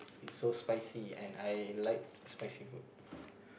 it's so spicy and I like spicy food